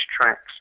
tracks